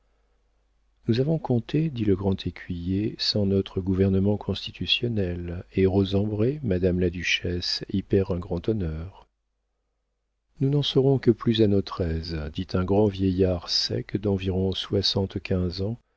nous avons compté dit le grand écuyer sans notre gouvernement constitutionnel et rosembray madame la duchesse y perd un grand honneur nous n'en serons que plus à notre aise dit un grand vieillard sec d'environ soixante-quinze ans